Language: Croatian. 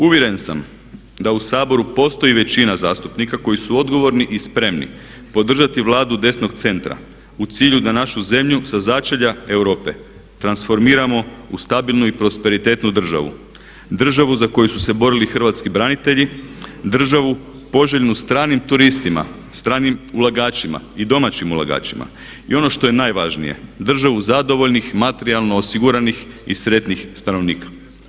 Uvjeren sam da u Saboru postoji većina zastupnika koji su odgovorni i spremni podržati Vladu desnog centra u cilju da našu zemlju sa začelja Europe transformiramo u stabilnu i prosperitetnu državu, državu za koju su se borili hrvatski branitelji, državu poželjnu stranim turistima, stranim ulagačima i domaćim ulagačima i ono što je najvažnije državu zadovoljnih, materijalno osiguranih i sretnih stanovnika.